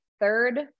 third